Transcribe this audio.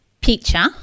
picture